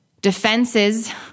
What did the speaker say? defenses